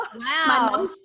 Wow